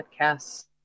podcasts